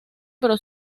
pero